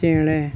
ᱪᱮᱬᱮ